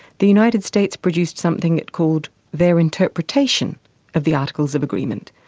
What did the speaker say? the united states produced something it called their interpretation of the articles of agreement,